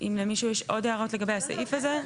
אם למישהו יש עוד הערות לגבי הסעיף הזה,